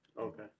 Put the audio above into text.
Okay